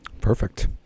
Perfect